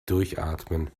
durchatmen